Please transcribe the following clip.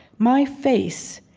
my face,